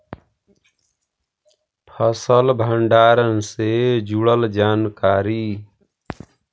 फसल भंडारन से जुड़ल जानकारी?